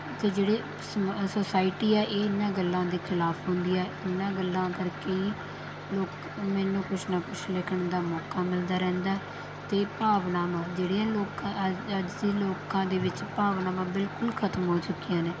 ਅਤੇ ਜਿਹੜੇ ਸਮਾਂ ਸੋਸਾਇਟੀ ਹੈ ਇਹ ਇਨ੍ਹਾਂ ਗੱਲਾਂ ਦੇ ਖਿਲਾਫ ਹੁੰਦੀ ਹੈ ਇਨ੍ਹਾਂ ਗੱਲਾਂ ਕਰਕੇ ਹੀ ਲੋਕ ਮੈਨੂੰ ਕੁਛ ਨਾ ਕੁਛ ਲਿਖਣ ਦਾ ਮੌਕਾ ਮਿਲਦਾ ਰਹਿੰਦਾ ਅਤੇ ਭਾਵਨਾਵਾਂ ਜਿਹੜੀਆਂ ਲੋਕ ਅੱਜ ਅੱਜ ਦੇ ਲੋਕਾਂ ਦੇ ਵਿੱਚ ਭਾਵਨਾਵਾਂ ਬਿਲਕੁਲ ਖਤਮ ਹੋ ਚੁੱਕੀਆਂ ਨੇ